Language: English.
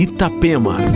Itapema